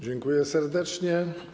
Dziękuję serdecznie.